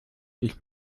ich